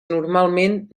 normalment